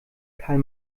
karl